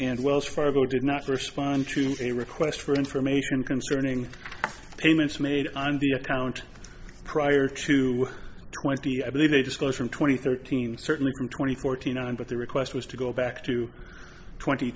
and wells fargo did not respond to a request for information concerning payments made on the account prior to twenty i believe they just close from twenty thirteen certainly going twenty forty nine but the request was to go back to twenty